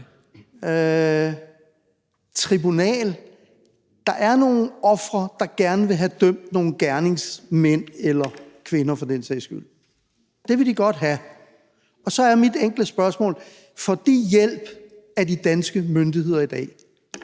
Tribunal: Der er nogle ofre, der gerne vil have dømt nogle gerningsmænd eller -kvinder for den sags skyld. Det vil de godt have, og så er mit enkle spørgsmål: Får de hjælp af de danske myndigheder i dag?